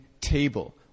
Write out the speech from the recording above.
table